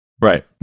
right